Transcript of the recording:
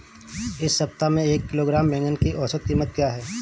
इस सप्ताह में एक किलोग्राम बैंगन की औसत क़ीमत क्या है?